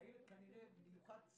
הילד כנראה סופר-מיוחד.